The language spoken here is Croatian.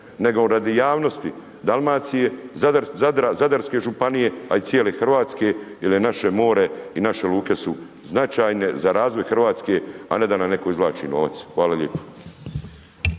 nego radi javnosti, Dalmacije, Zadarske županije, a i cijele Hrvatske, jer je naše more i naše luke su značajne za razvoj Hrvatske, a ne da nam netko izvlači novac. Hvala lijepo.